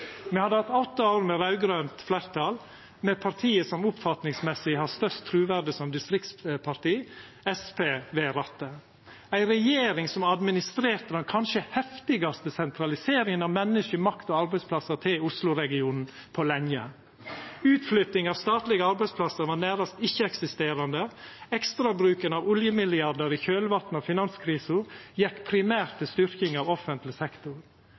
Me hadde hatt åtte år med raud-grønt fleirtal, med partiet som oppfatningsmessig har størst truverde som distriktsparti, Senterpartiet, ved rattet, med ei regjering som administrerte den kanskje heftigaste sentraliseringa av menneske, makt og arbeidsplassar til Oslo-regionen på lenge. Utflytting av statlege arbeidsplassar var nærast ikkje-eksisterande. Ekstrabruken av oljemilliardar i kjølvatnet av finanskrisa gjekk primært til styrking av offentleg sektor.